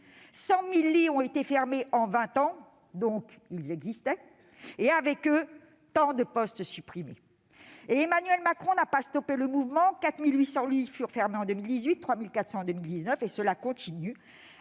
100 000 lits ont été fermés- ils existaient donc bien -, et avec eux tant de postes supprimés. Emmanuel Macron n'a pas stoppé le mouvement : 4 800 lits furent fermés en 2018, 3 400 en 2019, et cela continue.